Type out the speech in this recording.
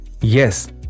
Yes